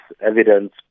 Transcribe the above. evidence